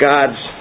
God's